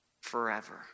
forever